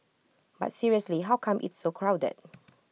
but seriously how come it's so crowded